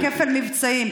אין כפל מבצעים,